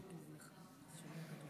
מכובדתי השרה,